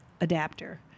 adapter